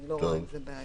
אני לא רואה עם זה בעיה.